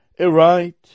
aright